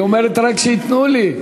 היא אומרת: רק שייתנו לי.